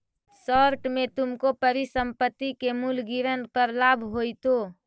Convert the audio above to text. short में तुमको परिसंपत्ति के मूल्य गिरन पर लाभ होईतो